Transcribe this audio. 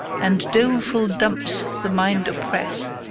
and doleful dumps the mind oppress,